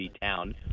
town